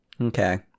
Okay